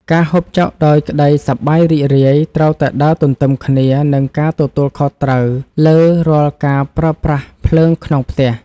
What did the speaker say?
ការហូបចុកដោយក្តីសប្បាយរីករាយត្រូវតែដើរទន្ទឹមគ្នានឹងការទទួលខុសត្រូវលើរាល់ការប្រើប្រាស់ភ្លើងក្នុងផ្ទះ។